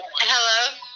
Hello